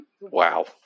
Wow